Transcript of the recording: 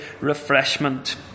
refreshment